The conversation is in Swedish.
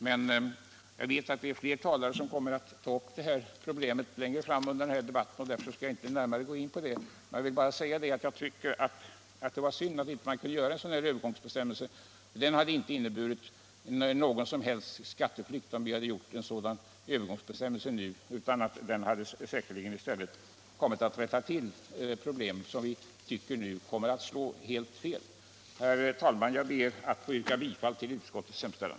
Men jag vet att flera talare kommer att ta upp problemet längre fram under debatten, och därför skall jag inte närmare gå in på det. Det var synd att man inte kunde göra en sådan övergångsbestämmelse, den hade inte inneburit någon som helst skatteflykt. Den hade säkerligen i stället kunnat rätta till problem som nu kommer att slå helt fel. Herr talman! Jag ber att få yrka bifall till utskottets hemställan.